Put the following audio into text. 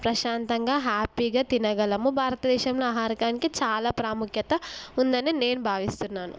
ప్రశాంతంగా హ్యాపీగా తినగలము భారతదేశంలో ఆహారకానికి చాలా ప్రాముఖ్యత ఉందని నేను భావిస్తున్నాను